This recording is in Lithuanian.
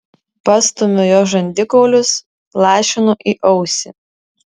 pastumiu jos žandikaulius lašinu į ausį